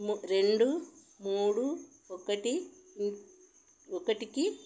రెండు మూడు ఒకటి ఒకటికి